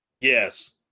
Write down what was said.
Yes